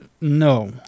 No